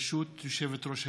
ברשות יושבת-ראש הישיבה,